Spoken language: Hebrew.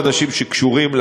הנבחנים שסיימו,